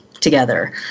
together